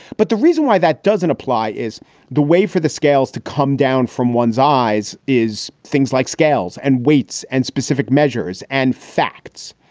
but the reason why that doesn't apply is the way for the scales to come down from one's eyes is things like scales and weights and specific measures and facts.